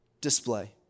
display